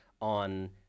on